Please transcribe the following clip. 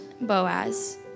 Boaz